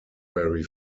very